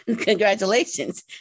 Congratulations